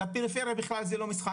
לפריפריה בכלל זה לא משחק,